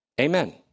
amen